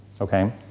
Okay